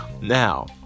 Now